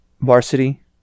varsity